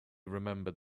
remembered